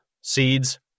seeds